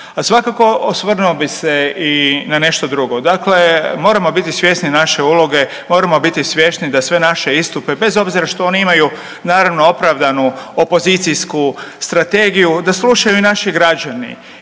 svakako, osvrnuo bih se i na nešto drugo. Dakle, moramo biti svjesni naše uloge, moramo biti svjesni da sve naše istupe, bez obzira što oni imaju, naravno, opravdanu opozicijsku strategiju, da slušaju naše građani